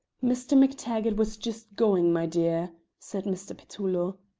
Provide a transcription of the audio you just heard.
mr. mactaggart was just going, my dear, said mr. petullo.